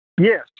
Yes